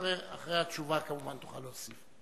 אחרי התשובה, כמובן, תוכל להוסיף.